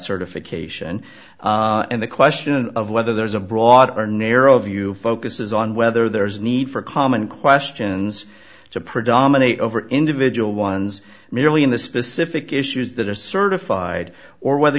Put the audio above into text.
certification and the question of whether there's a broader narrow view focuses on whether there is need for common questions to predominate over individual ones merely in the specific issues that are certified or whether